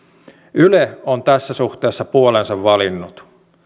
yle on tässä suhteessa puolensa valinnut